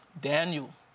Daniel